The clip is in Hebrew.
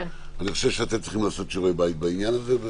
אני חושב שאתם צריכים לעשות שיעורי בית בעניין הזה.